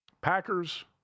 Packers